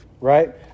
right